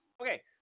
Okay